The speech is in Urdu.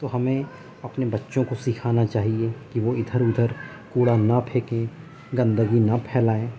تو ہمیں اپنے بچوں کو سکھانا چاہیے کہ وہ ادھر ادھر کوڑا نہ پھینکیں گندگی نہ پھیلائیں